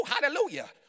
Hallelujah